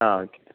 ആ ഓക്കെ